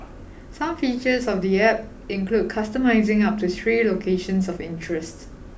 some features of the App include customising up to three locations of interest